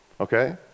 okay